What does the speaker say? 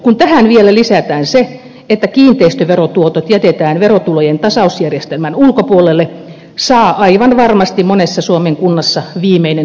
kun tähän vielä lisätään se että kiinteistöverotuotot jätetään verotulojen tasausjärjestelmän ulkopuolelle saa aivan varmasti monessa suomen kunnassa viimeinen sammuttaa valot